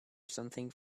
something